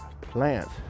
plants